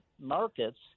markets